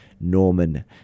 Norman